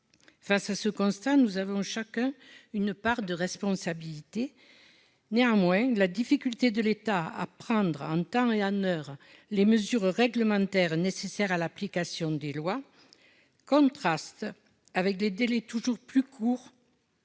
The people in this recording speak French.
Face à ce constat, nous avons chacun une part de responsabilité. Néanmoins, la difficulté de l'État à prendre en temps et en heure les mesures réglementaires nécessaires à l'application des lois contraste avec des délais toujours plus courts